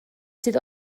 sydd